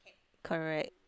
correct